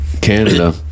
Canada